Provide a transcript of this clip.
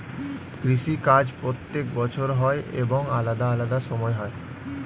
কৃষি কাজ প্রত্যেক বছর হয় এবং আলাদা আলাদা সময় হয়